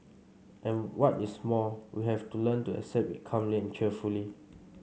and what is more we have to learn to accept it calmly and cheerfully